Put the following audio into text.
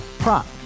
Prop